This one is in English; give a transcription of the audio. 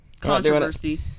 Controversy